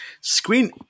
screen